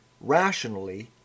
rationally